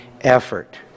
effort